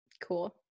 cool